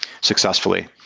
successfully